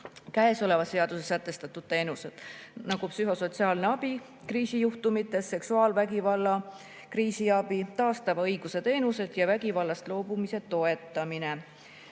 käesolevas seadus[eelnõus] sätestatud teenused: psühhosotsiaalne abi kriisijuhtumite korral, seksuaalvägivalla kriisiabi, taastava õiguse teenused ja vägivallast loobumise toetamine.